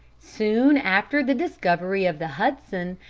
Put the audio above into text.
soon after the discovery of the hudson,